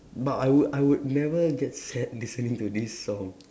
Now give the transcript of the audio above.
but I would I would never get sad listening to this song